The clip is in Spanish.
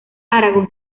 aragón